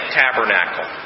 tabernacle